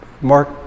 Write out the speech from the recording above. Mark